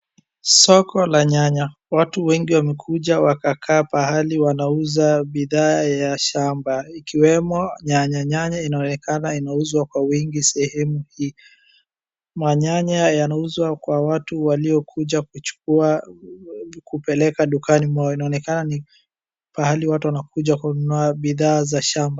Soko la nyanya. Watu wengi wamekuja wakakaa mahali wanauza bidhaa ya shamba ikiwemo nyanya. Nyanya inaonekana inauzwa kwa wingi sehemu hii. Manyanya yanauzwa kwa watu waliokuja kuchukua kupeleka dukani mwao. Inaonekana ni pahali watu wanakuja kununua bidhaa za shamba.